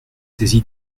saisi